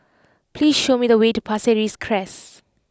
please show me the way to Pasir Ris Crest